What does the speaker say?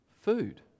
food